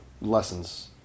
lessons